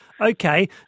okay